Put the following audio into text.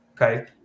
Okay